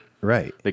Right